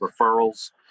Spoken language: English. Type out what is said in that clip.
referrals